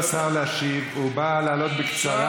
בדיוק מה שרויטל אמרה,